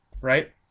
right